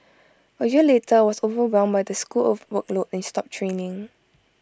A year later I was overwhelmed by the school workload and stopped training